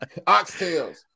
Oxtails